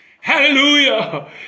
Hallelujah